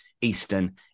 Eastern